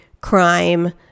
crime